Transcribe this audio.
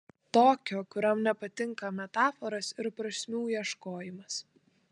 tokio kuriam nepatinka metaforos ir prasmių ieškojimas